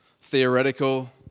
theoretical